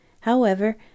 However